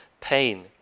pain